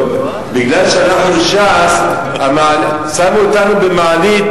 בגלל שאנחנו מש"ס שמו אותנו במעלית